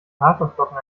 haferflocken